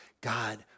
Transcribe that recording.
God